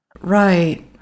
Right